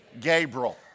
Gabriel